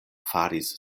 faris